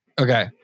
Okay